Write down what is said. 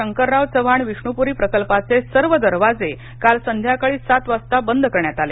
शंकरराव चव्हाण विष्णूप्री प्रकल्पाचे सर्व दरवाजे काल संध्याकाळी सात वाजता बंद करण्यात आले